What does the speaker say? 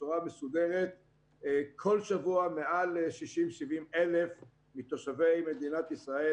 בצורה מסודרת כל שבוע בין 60,000 ל-70,000 מתושבי מדינת ישראל.